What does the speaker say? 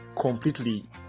completely